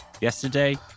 yesterday